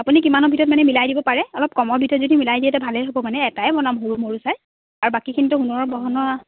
আপুনি কিমানৰ ভিতৰত মানে মিলাই দিব পাৰে অলপ কমৰ ভিতৰত যদি মিলাই দিয়ে তেতিয়া ভালেই হ'ব মানে এটাই বনাম সৰু মৰু চাই আৰু বাকীখিনিতো সোনৰ গহনা